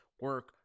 Work